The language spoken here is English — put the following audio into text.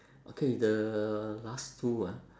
okay the last two ah